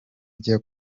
ijya